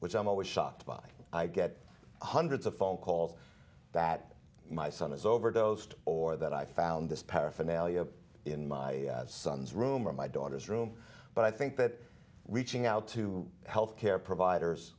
which i'm always shocked by i get hundreds of phone calls that my son is overdosed or that i found this paraphernalia in my son's room or my daughter's room but i think that reaching out to health care providers